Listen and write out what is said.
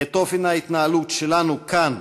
את אופן ההתנהלות שלנו כאן.